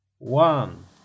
One